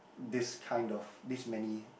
this kind of this many